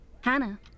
Hannah